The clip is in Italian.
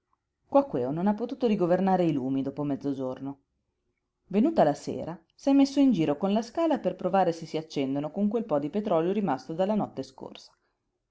quaquèo non ha potuto rigovernare i lumi dopo mezzogiorno venuta la sera s'è messo in giro con la scala per provare se si accendono con quel po di petrolio rimasto dalla notte scorsa